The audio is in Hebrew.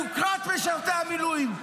יוקרת משרתי המילואים,